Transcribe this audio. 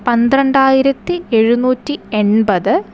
പന്ത്രണ്ടായിരത്തി എഴുനൂറ്റി എൺപത്